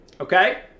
Okay